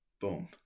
Boom